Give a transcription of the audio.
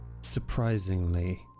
surprisingly